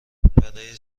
برای